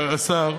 השר: